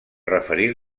referir